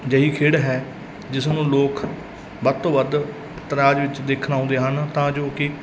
ਅਜਿਹੀ ਖੇਡ ਹੈ ਜਿਸ ਨੂੰ ਲੋਕ ਵੱਧ ਤੋਂ ਵੱਧ ਇਤਰਾਜ਼ ਵਿੱਚ ਦੇਖਣ ਆਉਂਦੇ ਹਨ ਤਾਂ ਜੋ ਕਿ